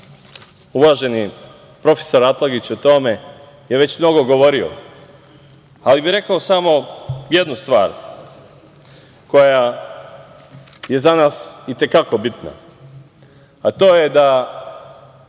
uvaženi profesor Atlagić o tome je već mnogo govorio, ali bih rekao samo jednu stvar koja je za nas itekako bitna, a to je da